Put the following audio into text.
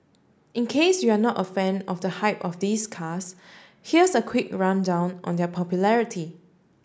in case you're not a fan of the hype or these cars here's a quick rundown on their popularity